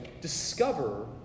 discover